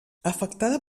afectada